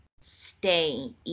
stay